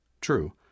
True